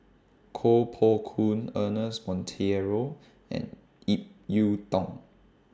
Koh Poh Koon Ernest Monteiro and Ip Yiu Tung